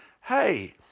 hey